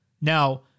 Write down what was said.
Now